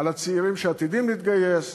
על הצעירים שעתידים להתגייס.